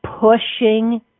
pushing